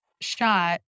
shot